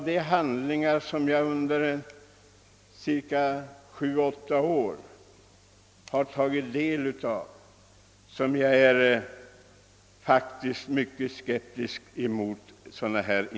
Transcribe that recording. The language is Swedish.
De handlingar som jag under sju å åtta år tagit del av i detta sammanhang har emellertid gjort mig mycket skeptisk mot institutioner av detta slag.